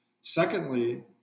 Secondly